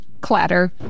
Clatter